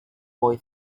boy